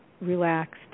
relaxed